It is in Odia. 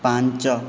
ପାଞ୍ଚ